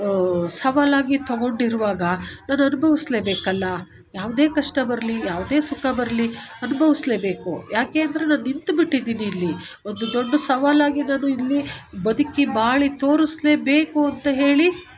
ಸವಾಲಾಗಿ ತೊಗೊಂಡು ಇರುವಾಗ ನಾನು ಅನುಭವುಸ್ಲೇ ಬೇಕಲ್ಲ ಯಾವುದೇ ಕಷ್ಟ ಬರಲಿ ಯಾವುದೇ ಸುಖ ಬರಲಿ ಅನುಭವುಸ್ಲೇ ಬೇಕು ಯಾಕೆ ಅಂದರೆ ನಾ ನಿಂತು ಬಿಟ್ಟಿದ್ದೀನಿ ಇಲ್ಲಿ ಒಂದು ದೊಡ್ಡ ಸವಾಲಾಗಿ ನಾನು ಇಲ್ಲಿ ಬದುಕಿ ಬಾಳಿ ತೋರಿಸ್ಲೇ ಬೇಕು ಅಂತ ಹೇಳಿ